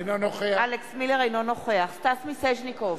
אינו נוכח סטס מיסז'ניקוב,